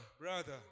brother